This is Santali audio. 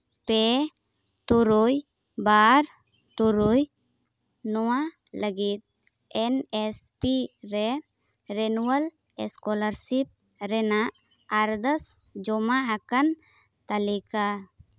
ᱯᱮ ᱛᱩᱨᱩᱭ ᱵᱟᱨ ᱛᱩᱨᱩᱭ ᱱᱚᱣᱟ ᱞᱟᱹᱜᱤᱫ ᱮᱱ ᱮᱥ ᱯᱤ ᱨᱮ ᱨᱮᱱᱩᱣᱮᱞ ᱥᱠᱚᱞᱟᱨᱥᱤᱯ ᱨᱮᱱᱟᱜ ᱟᱨᱫᱟᱥ ᱡᱚᱢᱟ ᱟᱠᱟᱱ ᱛᱟᱞᱤᱠᱟ